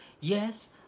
Yes